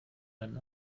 einen